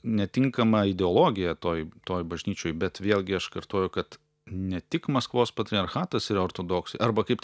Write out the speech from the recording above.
netinkama ideologija toj toj bažnyčioj bet vėlgi aš kartoju kad ne tik maskvos patriarchatas yra ortodoksai arba kaip